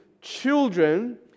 children